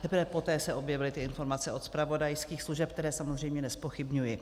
Teprve poté se objevily ty informace od zpravodajských služeb, které samozřejmě nezpochybňuji.